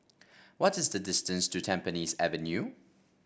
what is the distance to Tampines Avenue